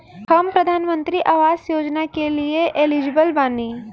हम प्रधानमंत्री आवास योजना के लिए एलिजिबल बनी?